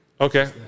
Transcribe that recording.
Okay